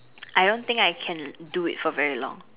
I don't think I can do it for very long